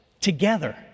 together